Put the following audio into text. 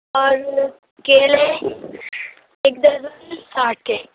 اور کیلے ایک درجن ساٹھ کے